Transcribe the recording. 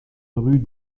rue